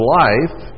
life